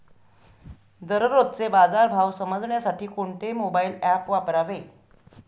दररोजचे बाजार भाव समजण्यासाठी कोणते मोबाईल ॲप वापरावे?